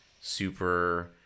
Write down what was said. super